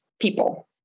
people